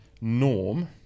norm